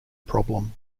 problem